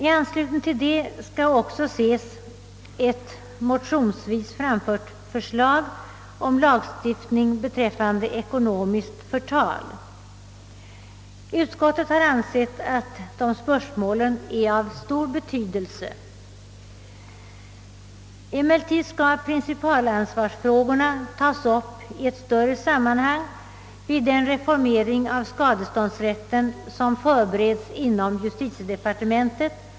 I anslutning härtill skall också ses ett motionsvis framfört förslag om lagstiftning beträffande ekonomiskt förtal. Utskottet har ansett att detta spörsmål är av stor betydelse. Emellertid skall principalansvarsfrågorna tas upp i ett större sammanhang vid den reformering av skadeståndsrätten som förbereds inom justitiedepartementet.